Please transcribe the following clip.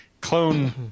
clone